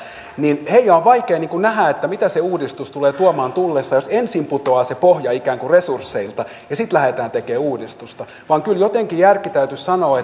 niin heidän on vaikea nähdä mitä se uudistus tulee tuomaan tullessaan jos ensin putoaa se pohja ikään kuin resursseilta ja sitten lähdetään tekemään uudistusta kyllä jotenkin järjen täytyisi sanoa